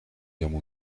guerres